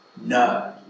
no